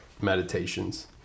meditations